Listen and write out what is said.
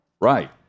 Right